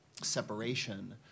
separation